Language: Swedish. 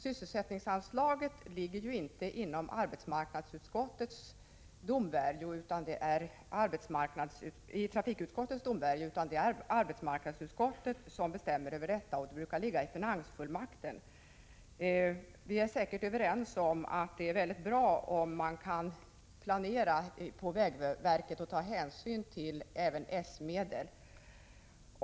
Sysselsättningsanslagen ligger inte inom trafikutskottets domvärjo, utan det är arbetsmarknadsutskottet som bestämmer över detta, och det brukar ligga i finansfullmakten. Vi är säkert överens om att det är bra om vägverket kan planera och ta hänsyn till även S-medel.